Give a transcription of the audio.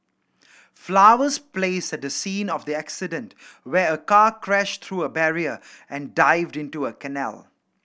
flowers placed at the scene of the accident where a car crashed through a barrier and dived into a canal